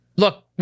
Look